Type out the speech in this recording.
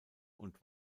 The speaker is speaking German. und